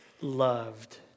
loved